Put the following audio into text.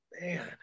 man